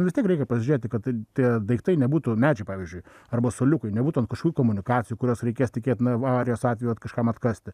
vis tiek reikia pasižiūrėti kad tie daiktai nebūtų medžiai pavyzdžiui arba suoliukai nebūtų ten kažkur komunikacijų kurios reikės tikėtina avarijos atveju kažkam atkasti